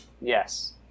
Yes